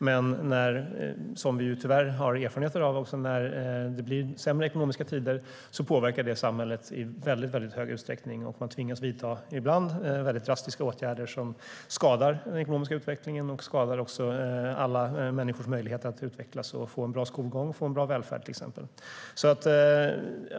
Men - som vi tyvärr också har erfarenheter av - när det blir sämre ekonomiska tider påverkar det samhället i väldigt stor utsträckning, och man tvingas att vidta ibland drastiska åtgärder som skadar den ekonomiska utvecklingen och alla människors möjlighet att utvecklas i form av till exempel en bra skolgång och en god välfärd.